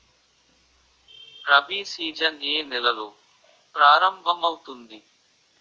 Rabi season ఏ నెలలో ప్రారంభమౌతుంది?